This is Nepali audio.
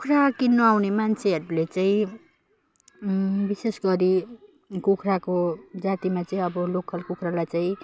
कुखुरा किन्नु आउने मान्छेहरूले चाहिँ विशेष गरी कुखुराको जातिमा चाहिँ अब लोकल कुखुरालाई चाहिँ